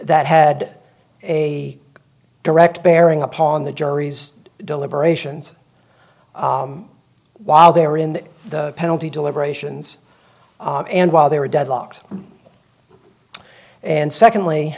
that had a direct bearing upon the jury's deliberations while they were in the penalty deliberations and while they were deadlocked and secondly